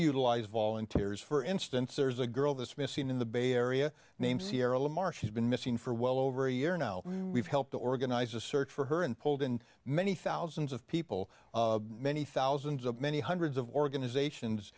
utilize volunteers for instance there's a girl that's missing in the bay area named sierra lamar she's been missing for well over a year now and we've helped organize a search for her and pulled in many thousands of people many thousands of many hundreds of organizations